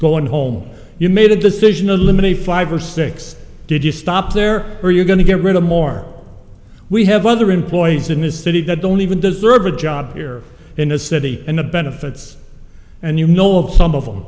going home you made a decision a limited five or six did you stop there are you going to get rid of more we have other employees in this city that don't even deserve a job here in the city and the benefits and you know of some of them